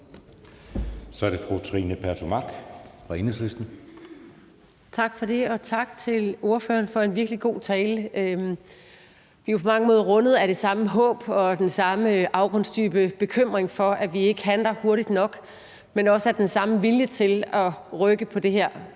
Kl. 16:21 Trine Pertou Mach (EL): Tak for det, og tak til ordføreren for en virkelig god tale. Vi er jo på mange måder rundet af det samme håb og den samme afgrundsdybe bekymring for, at vi ikke handler hurtigt nok, men også af den samme vilje til at rykke på det her.